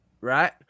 Right